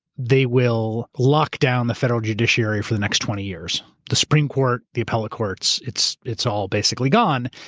they will lock down the federal judiciary for the next twenty years. the supreme court, the appellate courts, it's it's all basically gone.